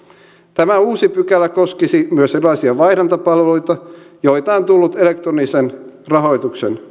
tämä uusi pykälä koskisi myös erilaisia vaihdantapalveluita joita on tullut elektronisen rahoituksen